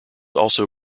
also